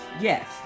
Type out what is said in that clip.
Yes